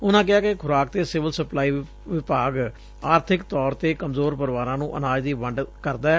ਉਨੂਾ ਕਿਹਾ ਕਿ ਖੁਰਾਕ ਤੇ ਸਿਵਲ ਸਪਲਾਈ ਵਿਭਾਗ ਆਰਬਿਕ ਤੌਰ ਤੇ ਕਮਜ਼ੋਰ ਪਰਿਵਾਰਾਂ ਨੂੰ ਅਨਾਜ ਦੀ ਵੰਡ ਕਰਦੈ